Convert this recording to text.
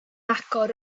agor